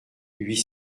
huit